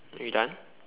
are you done